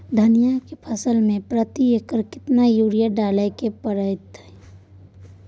धनिया के फसल मे प्रति एकर केतना यूरिया डालय के परतय?